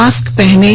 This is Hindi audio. मास्क पहनें